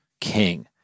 king